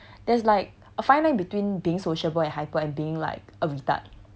there's like a fine line between being sociable and hyper and being like a retard